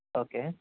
okay